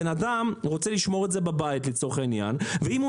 הבן אדם רוצה לשמור את זה בבית ואם הוא